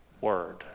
word